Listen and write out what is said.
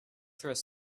through